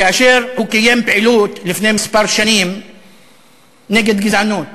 כאשר הוא קיים פעילות נגד גזענות